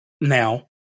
now